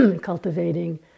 cultivating